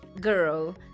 girl